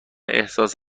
احساس